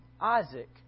Isaac